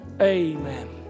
Amen